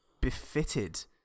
befitted